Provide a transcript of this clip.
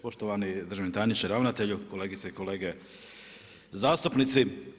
poštovani državni tajničke, ravnatelju, kolegice i kolege zastupnici.